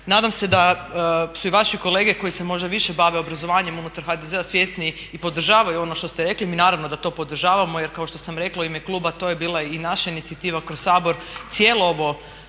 Nadam se da su i vaše kolege koji se možda više bave obrazovanjem unutar HDZ-a svjesni i podržavaju ono što ste rekli. Mi naravno da to podržavamo jer kao što sam rekla u ime kluba to je bila i naša inicijativa kroz Sabor cijelo ovo